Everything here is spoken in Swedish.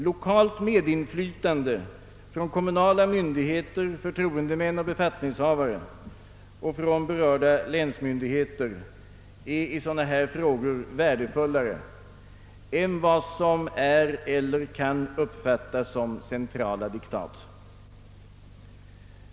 Lokalt medinflytande från kommunala myndigheter, förtroendemän och befattningshavare och från berörda länsmyndigheter är i sådana här frågor värdefullare än vad som är eller kan uppfattas vara centrala diktat.